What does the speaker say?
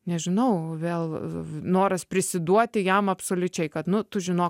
nežinau vėl noras prisiduoti jam absoliučiai kad nu tu žinok